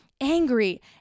angry